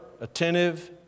attentive